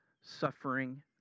suffering